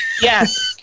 Yes